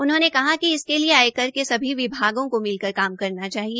उन्होंने कहा कि इसके लिये आयकर के सभी विभागों को मिलकर काम करना चाहिए